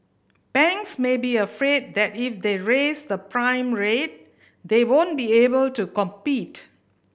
banks may be afraid that if they raise the prime rate they won't be able to compete